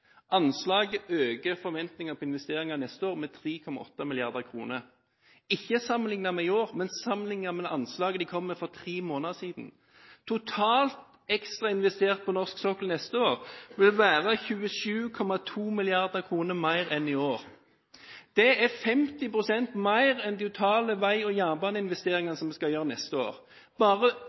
Anslaget øker forventninger på investeringer neste år med 3,8 mrd. kr – ikke sammenliknet med i år, men sammenliknet med det anslaget de kom med for tre måneder siden. Totalt ekstrainvestert på norsk sokkel neste år vil være 27,2 mrd. kr mer enn i år. Det er 50 pst. mer enn den totale vei- og jernbaneinvesteringen vi skal foreta neste år. Bare